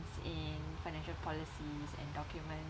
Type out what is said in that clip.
jargons in financial policies and document